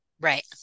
Right